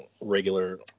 regular